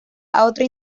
otra